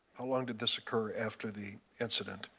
how long did this occur after the incident?